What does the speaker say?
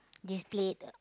this plate